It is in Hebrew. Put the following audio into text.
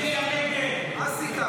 ההסתייגות